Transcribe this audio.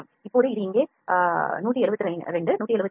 இப்போது இது இங்கே 172 172